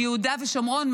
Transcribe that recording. מיהודה ושומרון,